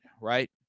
right